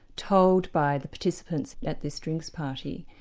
told by the participants at this drinks party.